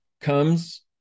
comes